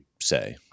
say